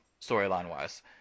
storyline-wise